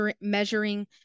measuring